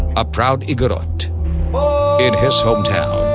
a proud igorot in his hometown,